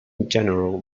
general